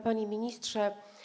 Panie Ministrze!